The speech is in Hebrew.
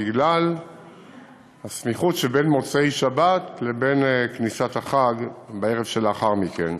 בגלל הסמיכות שבין מוצאי-שבת לבין כניסת החג בערב שלאחר מכן.